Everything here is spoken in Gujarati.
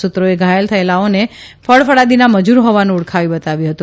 સૂત્રોએ ઘાયલ થયેલાઓને ફળાફળાદિના મજૂર હોવાનું ઓળખી બતાવ્યું હતું